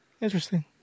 Interesting